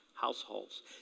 households